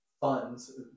funds